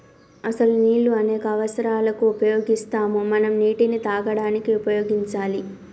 అసలు నీళ్ళు అనేక అవసరాలకు ఉపయోగిస్తాము మనం నీటిని తాగడానికి ఉపయోగించాలి